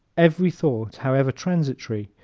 every thought, however transitory,